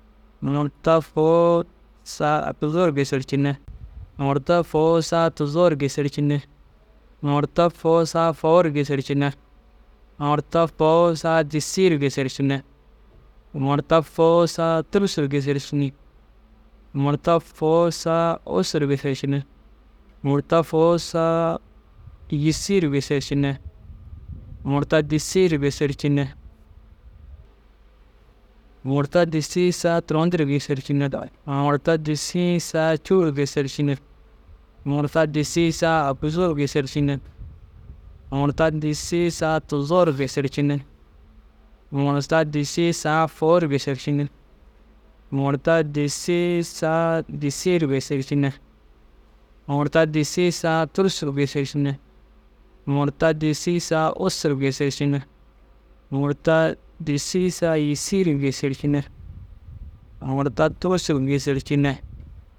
Murta fôu saa aguzuu ru gêsercinne, murta fôu saa tuzoo ru gêsercinne, murta fôu saa fôu ru gêsercinnd, murta fôu saa disii ru gêsercinne, murta fôu saa tûrusu ru gêsercinne, murta fôu saa ussu ru gêsercinne, murta fôu saaa yîsii ru gêsercinne, murta disii ru gêsercinne. Murta disii saa turon dir gêsercinne, murta disii saa cûu ru gêsercinne, murta disii saa aguzuu ru gêsercinne, murta disii saa tuzoo ru gêsercinne, murta disii saa fôu ru gêsercinne, murta disii saa disii ru gêsercinne, murta disii saa tûrusu ru gêsercinne, murta disii saa ussu ru gêsercinne, murta disii saa yîsii ru gêsercinne, murta tûrusu ru gêsercinne.